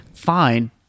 fine